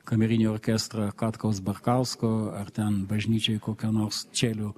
kamerinį orkestrą katkaus barkausko ar ten bažnyčioj kokio nors čelių